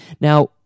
Now